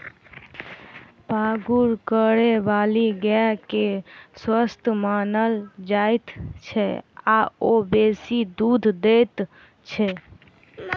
पागुर करयबाली गाय के स्वस्थ मानल जाइत छै आ ओ बेसी दूध दैत छै